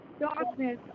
darkness